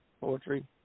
poetry